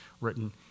written